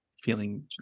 feeling